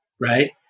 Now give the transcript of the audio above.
Right